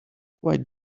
quiet